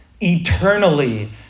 eternally